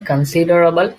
considerable